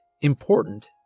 important